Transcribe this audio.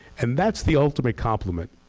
and that's the ultimate compliment.